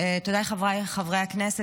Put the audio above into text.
תודה, חבריי חברי הכנסת.